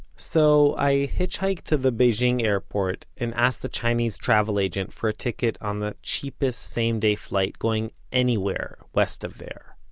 so i hitchhiked to the beijing airport and asked the chinese travel agent for a ticket on the cheapest same-day flight going anywhere west of there.